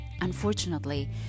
Unfortunately